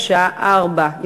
בשעה 16:00.